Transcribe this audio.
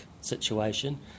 situation